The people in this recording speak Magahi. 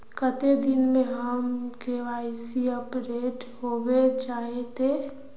कते दिन में हमर के.वाई.सी अपडेट होबे जयते?